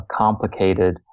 complicated